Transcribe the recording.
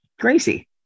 crazy